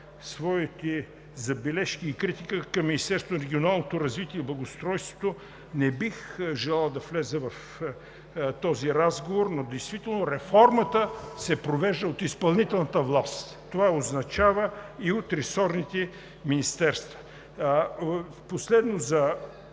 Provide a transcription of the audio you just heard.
своите забележки и критики към Министерството на регионалното развитие и благоустройството. Не бих желал да вляза в този разговор, но действително реформата се провежда от изпълнителната власт – това означа от ресорните министерства. Последно за